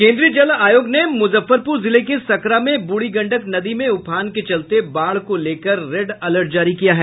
केन्द्रीय जल आयोग ने मुजफ्फरपुर जिले के सकरा में बूढ़ी गंडक नदी में उफान के चलते बाढ़ को लेकर रेड अलर्ट जारी किया है